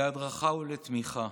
להדרכה ולתמיכה.